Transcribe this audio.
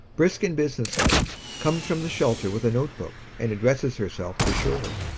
brisk and businesslike, comes from the shelter with a note book, and addresses herself to shirley.